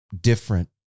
different